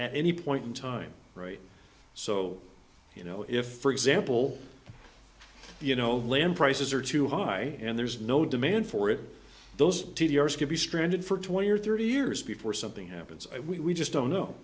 at any point in time right so you know if for example you know land prices are too high and there's no demand for it those t d r s could be stranded for twenty or thirty years before something happens we just don't know